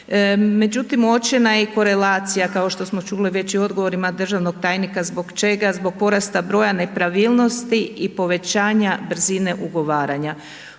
Međutim, uočena je i korelacija kao što smo čuli već i u odgovorima državnog tajnika zbog čega, zbog porasta broja nepravilnosti i povećanja brzine ugovaranja.